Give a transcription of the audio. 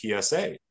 PSA